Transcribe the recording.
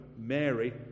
Mary